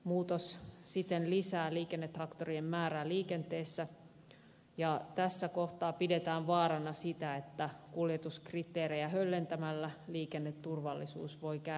muutos siten lisää liikennetraktorien määrää liikenteessä ja tässä kohtaa pidetään vaarana sitä että kuljetuskriteerejä höllentämällä liikenneturvallisuus voi kärsiä